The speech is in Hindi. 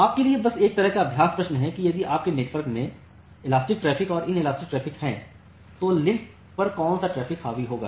आपके लिए बस एक तरह का अभ्यास प्रश्न है कि यदि आपके नेटवर्क में इलास्टिक ट्रैफ़िक और इन इलास्टिक ट्रैफ़िक है तो लिंक पर कौन सा ट्रैफ़िक हावी होगा